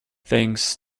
thanks